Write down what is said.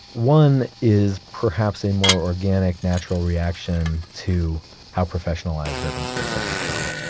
one is perhaps a more organic natural reaction to how professionalized urban space had become.